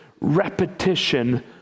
repetition